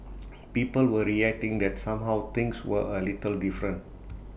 people were reacting that somehow things were A little different